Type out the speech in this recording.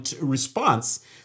response